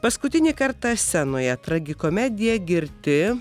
paskutinį kartą scenoje tragikomedija girti